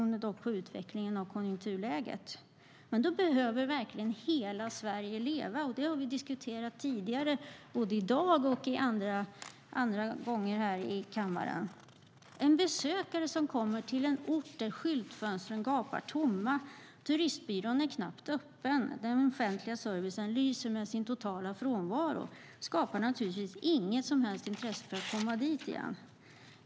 Det beror dock på utvecklingen av konjunkturläget, och då behöver verkligen hela Sverige leva. Det har vi diskuterat tidigare både i dag och andra gånger här i kammaren. En besökare som kommer till en ort där skyltfönstren gapar tomma, turistbyrån knappt är öppen och den offentliga servicen lyser med sin totala frånvaro har naturligtvis inget intresse av att komma dit igen.